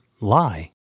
lie